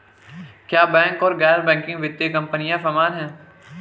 क्या बैंक और गैर बैंकिंग वित्तीय कंपनियां समान हैं?